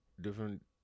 different